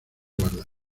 guarda